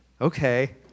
okay